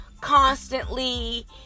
constantly